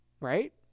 Right